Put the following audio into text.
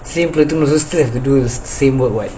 same platoon still have to do the same work [what]